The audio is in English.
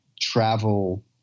travel